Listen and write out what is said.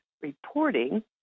reporting